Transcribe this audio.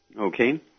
okay